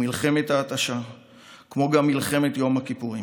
במלחמת ההתשה ובמלחמת יום הכיפורים.